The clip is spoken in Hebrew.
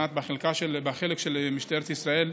מבחינת חלקה של משטרת ישראל,